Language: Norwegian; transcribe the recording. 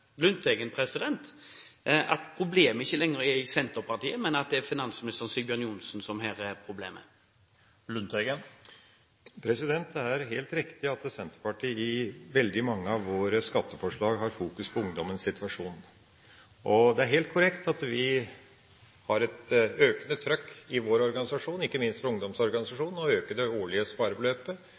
Lundteigen at problemet ikke lenger er Senterpartiet, men at det er finansministeren, Sigbjørn Johnsen, som her er problemet? Det er helt riktig at Senterpartiet i mange av sine skatteforslag har fokus på ungdommens situasjon. Det er helt korrekt at vi har et økende trykk i vår organisasjon – ikke minst i ungdomsorganisasjonen – for å øke det årlige sparebeløpet